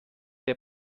der